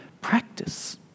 practice